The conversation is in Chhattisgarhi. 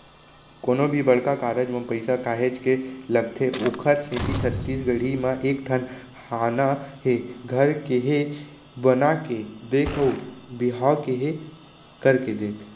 कोनो भी बड़का कारज म पइसा काहेच के लगथे ओखरे सेती छत्तीसगढ़ी म एक ठन हाना हे घर केहे बना के देख अउ बिहाव केहे करके देख